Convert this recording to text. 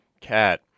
cat